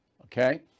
Okay